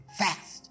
fast